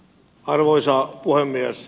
arvoisa puhemies